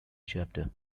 chapter